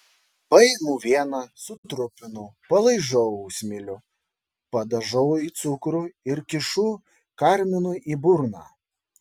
paimu vieną sutrupinu palaižau smilių padažau į cukrų ir kišu karminui į burną